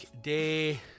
Day